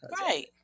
Right